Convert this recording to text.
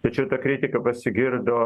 tačiau ta kritika pasigirdo